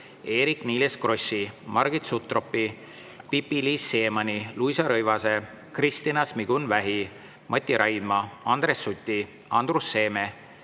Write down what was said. Eerik-Niiles Krossi, Margit Sutropi, Pipi-Liis Siemanni, Luisa Rõivase, Kristina Šmigun-Vähi, Mati Raidma, Andres Suti, Andrus Seeme,